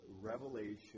revelation